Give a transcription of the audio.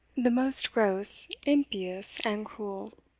the most gross, impious, and cruel.